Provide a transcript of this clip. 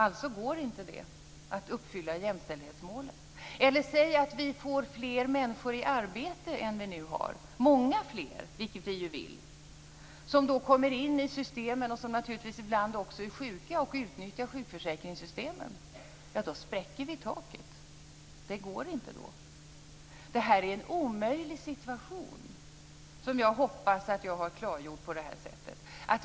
Det går alltså inte att uppfylla jämställdhetsmålet. Säg att vi får många fler människor i arbete än vad vi nu har, vilket vi ju vill. De kommer in i systemet och är naturligtvis ibland också sjuka och utnyttjar sjukförsäkringssystemen. Då spräcker vi taket. Det går inte. Det är en omöjlig situation som jag hoppas att jag har klargjort på det här sättet.